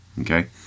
okay